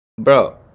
bro